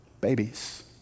Babies